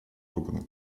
органа